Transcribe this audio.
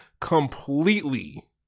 completely